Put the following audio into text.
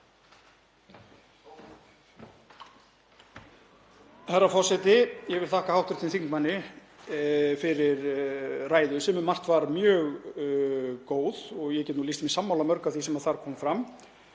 Herra forseti. Ég vil þakka hv. þingmanni fyrir ræðu sem um margt var mjög góð og ég get lýst mig sammála mörgu af því sem þar kom fram.